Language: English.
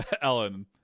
Ellen